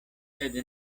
sed